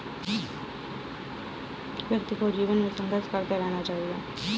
व्यक्ति को जीवन में संघर्ष करते रहना चाहिए